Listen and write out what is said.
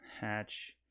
Hatch